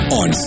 on